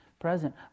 present